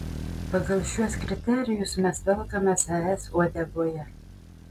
pagal šiuos kriterijus mes velkamės es uodegoje